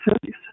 cities